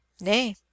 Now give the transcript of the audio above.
Nay